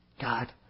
God